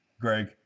Greg